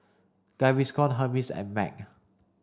Gaviscon Hermes and MAG